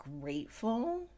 grateful